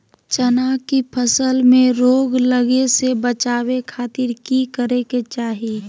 चना की फसल में रोग लगे से बचावे खातिर की करे के चाही?